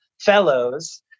fellows